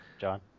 John